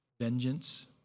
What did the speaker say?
vengeance